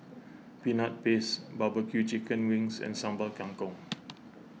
Peanut Paste Barbecue Chicken Wings and Sambal Kangkong